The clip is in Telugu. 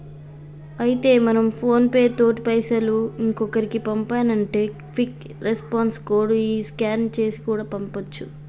అయితే మనం ఫోన్ పే తోటి పైసలు ఇంకొకరికి పంపానంటే క్విక్ రెస్పాన్స్ కోడ్ ని స్కాన్ చేసి కూడా పంపొచ్చు